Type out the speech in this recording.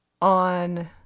on